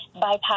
bypass